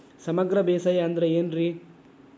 ಸಮಗ್ರ ಬೇಸಾಯ ಅಂದ್ರ ಏನ್ ರೇ?